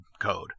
code